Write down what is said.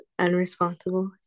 unresponsible